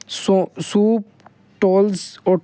سو سوپ ٹولز اور